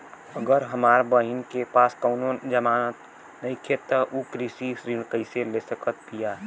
अगर हमार बहिन के पास कउनों जमानत नइखें त उ कृषि ऋण कइसे ले सकत बिया?